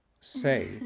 say